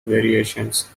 variations